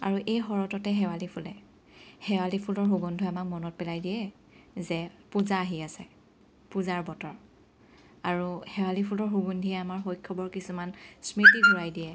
আৰু এই শৰততে শেৱালি ফুলে শেৱালি ফুলৰ সুগন্ধই আমাক মনত পেলাই দিয়ে যে পূজা আহি আছে পূজাৰ বতৰ আৰু শেৱালি ফুলৰ সুগন্ধিয়ে আমাৰ শৈশৱৰ কিছুমান স্মৃতি ঘূৰাই দিয়ে